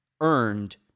earned